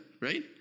right